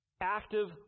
active